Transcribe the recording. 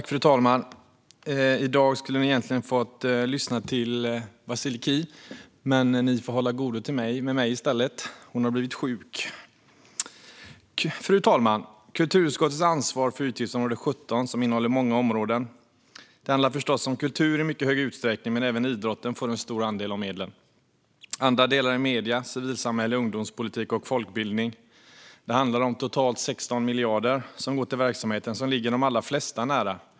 Fru talman! I dag skulle ni egentligen ha fått lyssna till Vasiliki Tsouplaki, men ni får hålla till godo med mig i stället, eftersom hon har blivit sjuk. Fru talman! Kulturutskottet ansvarar för utgiftsområde 17, som innehåller många områden. Det handlar förstås om kultur i mycket hög utsträckning, men även idrotten får en stor andel av medlen. Andra delar är medier, civilsamhälle, ungdomspolitik och folkbildning. Det handlar om totalt 16 miljarder som går till verksamheter som ligger de allra flesta nära.